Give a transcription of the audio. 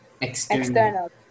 External